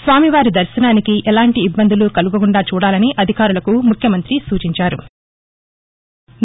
స్వామివారి దర్శనానికి ఎలాంటి ఇబ్బందులు కలగకుండా చూడాలని అధికారులకు ముఖ్యమంతి సూచించారు